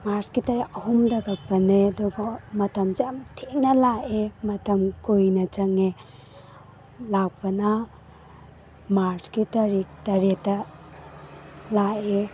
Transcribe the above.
ꯃꯥꯔꯁꯀꯤ ꯇꯥꯔꯤꯛ ꯑꯍꯨꯝꯗ ꯀꯛꯄꯅꯦ ꯑꯗꯨꯕꯨ ꯃꯇꯝꯁꯦ ꯌꯥꯝ ꯊꯦꯡꯅ ꯂꯥꯛꯑꯦ ꯃꯇꯝ ꯀꯨꯏꯅ ꯆꯪꯉꯦ ꯂꯥꯛꯄꯅ ꯃꯥꯔꯁꯀꯤ ꯇꯥꯔꯤꯛ ꯇꯔꯦꯠꯇ ꯂꯥꯛꯑꯦ